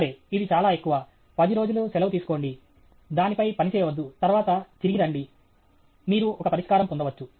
సరే ఇది చాలా ఎక్కువ పది రోజులు సెలవు తీసుకోండి దానిపై పని చేయవద్దు తర్వాత తిరిగి రండి మీరు ఒక పరిష్కారం పొందవచ్చు